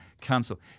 cancel